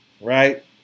right